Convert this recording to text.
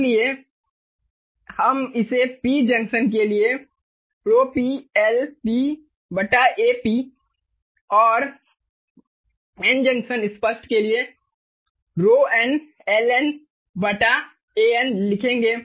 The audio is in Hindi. इसलिए हम इसे P जंक्शन के लिए ρP LP AP और N जंक्शन स्पष्ट के लिए ρN LN An लिखेंगे